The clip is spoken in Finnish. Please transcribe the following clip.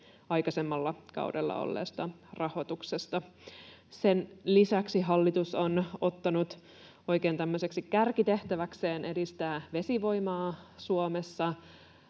aikaisemmalla kaudella olleesta rahoituksesta. Sen lisäksi hallitus on ottanut oikein tämmöiseksi kärkitehtäväkseen edistää vesivoimaa Suomessa.